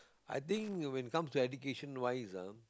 I think you when it comes to education wise ah